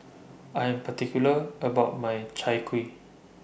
I Am particular about My Chai Kuih